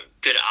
good